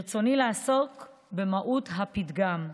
ברצוני לעסוק במהות הפתגם.